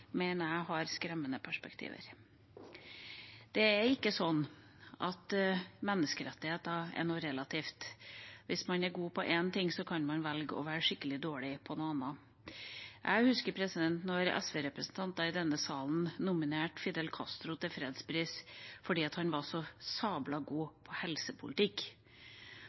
mener jeg har skremmende perspektiver. Det er ikke sånn at menneskerettigheter er noe relativt – hvis man er god på én ting, så kan man velge å være skikkelig dårlig på noe annet. Jeg husker da SV-representanter i denne salen nominerte Fidel Castro til fredsprisen fordi han var så sabla god på helsepolitikk. Det er ikke sånn at hvis en statsleder er god på helsepolitikk,